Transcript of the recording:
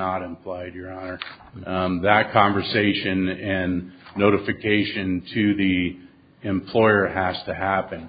honor that conversation and notification to the employer has to happen